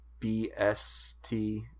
BST